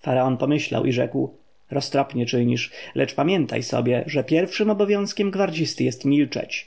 faraon pomyślał i rzekł roztropnie czynisz lecz pamiętaj sobie że pierwszym obowiązkiem gwardzisty jest milczeć